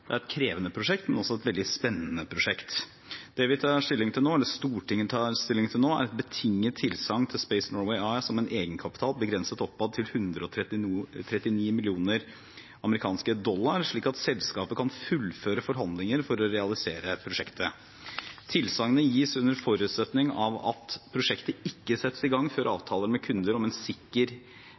opp som et sivil–militært offentlig–privat internasjonalt samarbeid. Det er et krevende prosjekt, men også et veldig spennende prosjekt. Det Stortinget tar stilling til nå, er et betinget tilsagn til Space Norway AS om en egenkapital begrenset oppad til 139 mill. dollar, slik at selskapet kan fullføre forhandlinger for å realisere prosjektet. Tilsagnet gis under forutsetning av at prosjektet ikke settes i gang før avtaler med kunder som sikrer en